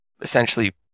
essentially